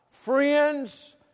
friends